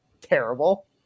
terrible